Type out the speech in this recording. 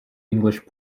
english